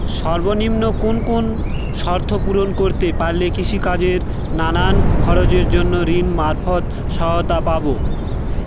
সর্বনিম্ন কোন কোন শর্ত পূরণ করতে পারলে কৃষিকাজের নানান খরচের জন্য ঋণ মারফত সহায়তা পাব?